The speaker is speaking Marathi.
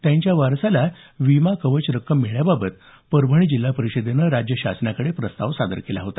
त्यांच्या वारसास विमा कवच रक्कम मिळण्याबाबत परभणी जिल्हा परिषदेने राज्य शासनाकडे प्रस्ताव सादर केला होता